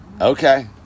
Okay